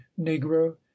negro